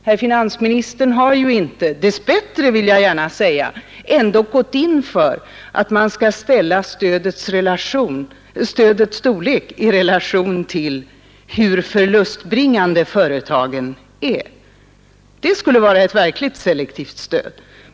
Herr finansministern har ju ändå inte, dess bättre vill jag gärna säga, gått in för att man skall ställa stödets storlek i direkt relation till hur förlustbringande företagen är. Det skulle dock vara ett verkligt selektivt stöd.